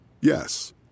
Yes